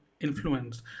Influence